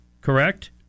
correct